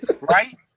right